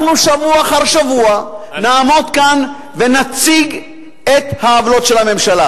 שבוע אחר שבוע נעמוד כאן ונציג את העוולות של הממשלה.